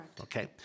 okay